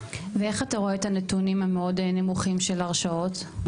ואיך אתה רואה את הנתונים המאוד נמוכים של הרשעות?